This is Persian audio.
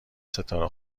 ستاره